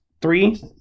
three